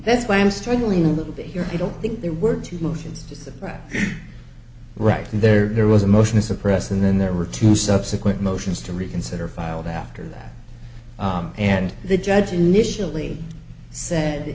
that's why i'm struggling a little bit here i don't think there were two motions to suppress right and there was a motion to suppress and then there were two subsequent motions to reconsider filed after that and the judge initially said